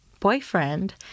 boyfriend